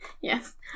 Yes